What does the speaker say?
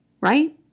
Right